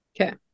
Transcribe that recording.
Okay